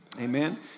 Amen